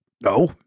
No